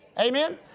Amen